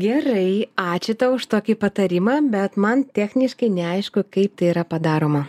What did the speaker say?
gerai ačiū tau už tokį patarimą bet man techniškai neaišku kaip tai yra padaroma